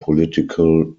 political